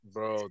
Bro